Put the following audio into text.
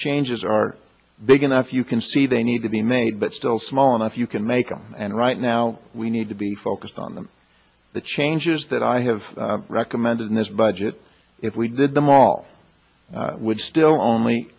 changes are big enough you can see they need to be made but still small enough you can make them and right now we need to be focused on them the changes that i have recommended in this budget if we did them all would still only